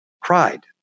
cried